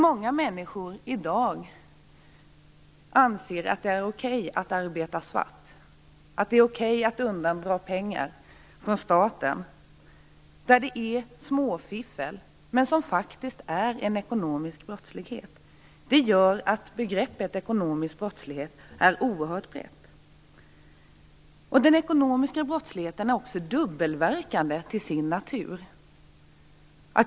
Många människor anser i dag att det är okej att arbeta svart, att undandra pengar från staten. Det här kan vara småfiffel, men det är faktiskt ekonomisk brottslighet. Det gör att begreppet ekonomisk brottslighet är oerhört brett. Den ekonomiska brottsligheten är också dubbelverkande till sin natur.